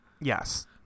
Yes